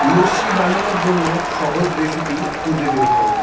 লস্যি বানানোর জন্য সহজ রেসিপি খুঁজে বের করো